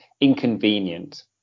inconvenient